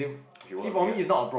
if you won't agree ah